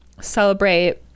celebrate